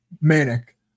manic